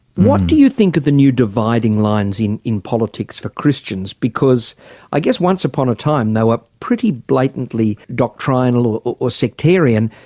what do you think of the new dividing lines in in politics for christians because i guess once upon a time they were pretty blatantly doctrinal or or sectarian.